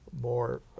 more